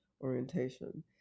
orientation